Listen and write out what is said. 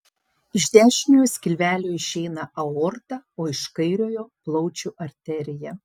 iš dešiniojo skilvelio išeina aorta o iš kairiojo plaučių arterija